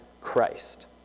Christ